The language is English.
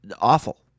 awful